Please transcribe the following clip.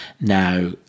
Now